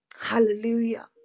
Hallelujah